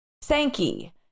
Sankey